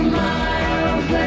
miles